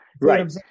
Right